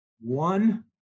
one